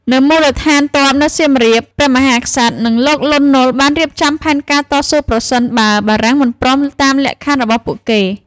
នៅមូលដ្ឋានទ័ពនៅសៀមរាប ព្រះមហាក្សត្រ និងលោក លន់ ណុល បានរៀបចំផែនការតស៊ូ ប្រសិនបើបារាំងមិនព្រមតាមលក្ខខណ្ឌរបស់ពួកគេ។